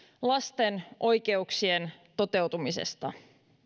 lasten oikeuksien toteutumisesta